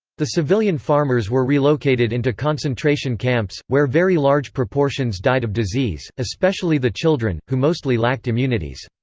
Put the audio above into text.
the civilian farmers were relocated into concentration camps, where very large proportions died of disease, especially the children, who mostly lacked immunities.